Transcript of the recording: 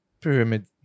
Pyramid